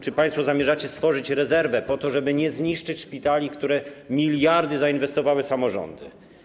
Czy państwo zamierzacie stworzyć rezerwę, po to żeby nie zniszczyć szpitali, w które miliardy zainwestowały samorządy?